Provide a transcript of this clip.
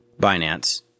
Binance